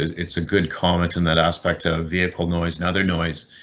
it's a good comment in that aspect of vehicle noise, another noise.